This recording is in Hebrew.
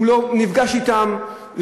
הוא לא נפגש אתם,